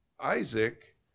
Isaac